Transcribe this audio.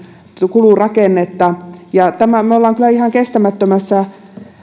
kulurakennetta ja me olemme kyllä ihan kestämättömässä